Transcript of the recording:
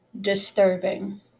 Disturbing